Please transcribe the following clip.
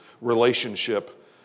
relationship